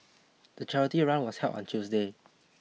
the charity run was held on Tuesday